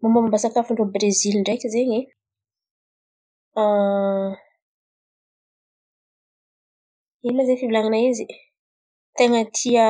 Momba momba sakafo ndrô Brezily ndreky izen̈y. Ino ma zen̈y fivolan̈ana izy? Ten̈a tia